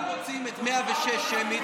אנחנו רוצים את 106 שמית.